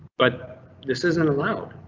but this isn't allowed,